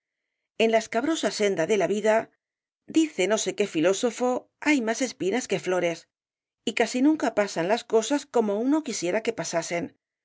en la escabrosa senda de la vida dice no sé qué filósofo hay más espinas que flores y casi nunca pasan las cosas como uno quisiera que pasasen